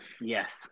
yes